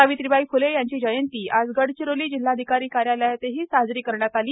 सावित्रीबाई फ्ले यांची जयंती आज गडचिरोली जिल्हाधिकारी कार्यालयात साजरी करण्यात आली